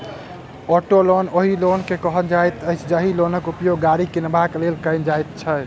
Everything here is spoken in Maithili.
औटो लोन ओहि लोन के कहल जाइत अछि, जाहि लोनक उपयोग गाड़ी किनबाक लेल कयल जाइत छै